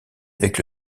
avec